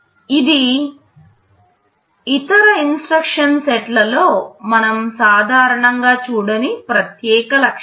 ఇది ఇతర ఇన్స్ట్రక్షన్ల సెట్లలో మనం సాధారణంగా చూడని ప్రత్యేక లక్షణం